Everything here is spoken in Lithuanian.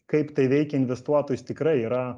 kaip tai veikia investuotojus tikrai yra